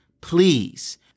please